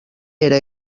era